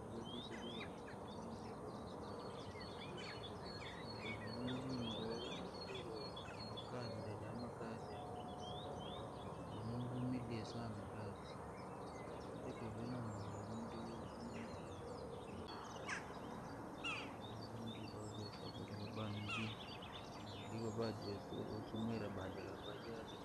Ko wakishitukira ukabanwa vyaboha sana, naja makazi, kono wavumilia sana kazi, wotakiwa uvumilie jabowa sumwire bodaboda wawirirwe